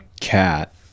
cat